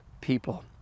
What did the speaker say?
people